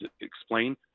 explain